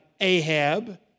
Ahab